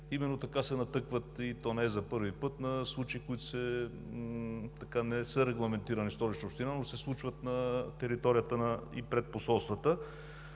Именно така се натъкват, и то не за първи път, на случаи, които не са регламентирани в Столична община, но се случват на територията и пред посолствата.